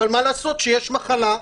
אבל מה לעשות שיש מחלה.